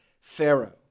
Pharaoh